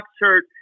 church